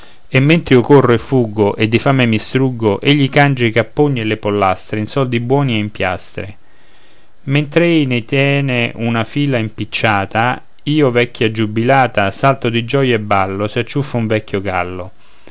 e fuggo e di fame mi struggo egli cangia i capponi e le pollastre in soldi buoni e in piastre mentr'ei ne tiene una fila impiccata io vecchia giubilata salto di gioia e ballo se acciuffo un vecchio gallo